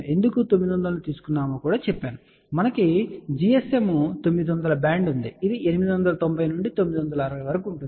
కాబట్టి మనకు GSM 900 band ఉంది ఇది 890 నుండి 960 వరకు ఉంది